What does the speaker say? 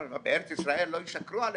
בארץ ישראל לא ישקרו עלינו.